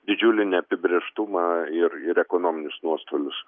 didžiulį neapibrėžtumą ir ir ekonominius nuostolius